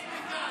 חברי הכנסת,